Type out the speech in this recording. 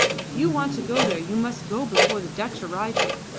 if you want to go there you must go before the dutch arrive here.